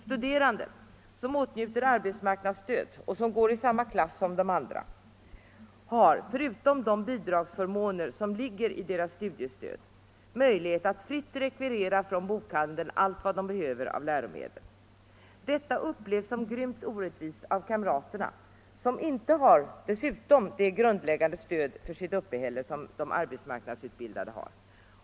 Studerande som åtnjuter arbetsmark Nr 85 nadsstöd och som går i samma klass har förutom de bidragsförmåner Onsdagen den som ligger i deras studiestöd möjlighet att fritt rekvirera från bokhandeln 21 maj 1975 allt vad de behöver av läromedel. Detta upplevs som grymt orättvist sökare RR av kamraterna, som dessutom inte har det grundläggande stöd för sitt — Arbetsmarknadsutuppehälle som eleverna i arbetsmarknadsutbildningen har.